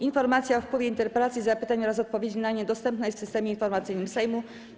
Informacja o wpływie interpelacji, zapytań oraz odpowiedzi na nie dostępna jest w Systemie Informacyjnym Sejmu.